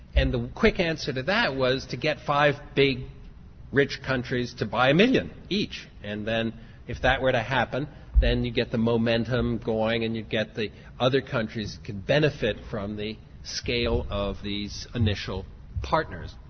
and the quick answer to that was to get five big rich countries to buy a million each and then if that were to happen then you get the momentum going and you get the other countries to benefit from the scale of these initial partners.